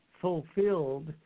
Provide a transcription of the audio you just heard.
fulfilled